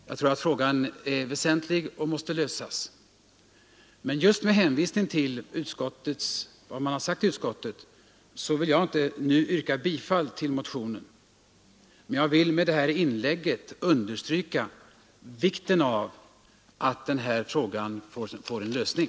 Jag tror att frågan är väsentlig och måste lösas, men just med hänvisning till vad utskottet anfört vill jag inte nu yrka bifall till motionen. Jag vill emellertid med detta inlägg understryka vikten av att den här frågan får en lösning.